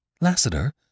Lassiter